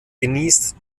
genießt